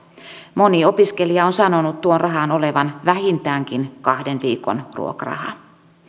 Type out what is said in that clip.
moni opiskelija on sanonut tuon rahan olevan vähintäänkin kahden viikon ruokaraha